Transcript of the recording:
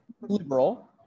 liberal